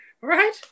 right